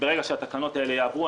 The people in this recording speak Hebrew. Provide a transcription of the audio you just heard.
ברגע שהתקנות האלה יעברו,